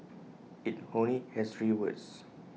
IT only has three words